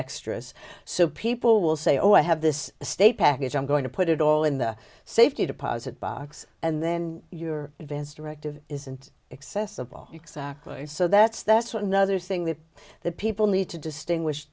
extras so people will say oh i have this state package i'm going to put it all in the safety deposit box and then your advance directive isn't accessible exactly so that's that's another thing that the people need to distinguish